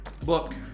book